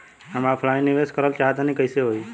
हम ऑफलाइन निवेस करलऽ चाह तनि कइसे होई?